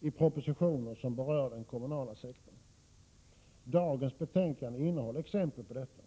i propositioner som berör den kommunala sektorn. Dagens betänkande innehåller exempel på detta.